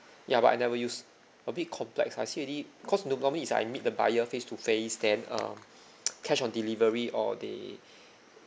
ya but I never use a bit complex I see already cause know normally is I meet the buyer face to face then uh cash on delivery or they